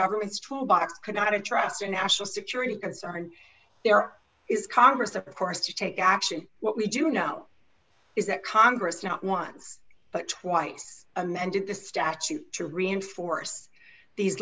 government's tool box could not trust a national security concern there is congress of course to take action what we do know is that congress not once but twice amended the statute to reinforce these